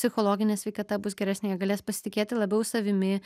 psichologinė sveikata bus geresnė galės pasitikėti labiau savimi